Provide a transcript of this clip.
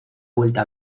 vuelta